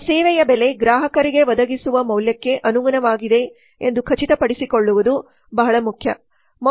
ನಮ್ಮ ಸೇವೆಯ ಬೆಲೆ ಗ್ರಾಹಕರಿಗೆ ಒದಗಿಸುವ ಮೌಲ್ಯಕ್ಕೆ ಅನುಗುಣವಾಗಿದೆ ಎಂದು ಖಚಿತಪಡಿಸಿಕೊಳ್ಳುವುದು ಬಹಳ ಮುಖ್ಯ